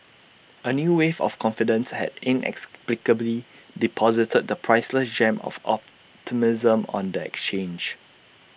A new wave of confidence had inexplicably deposited the priceless gem of optimism on the exchange